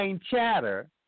chatter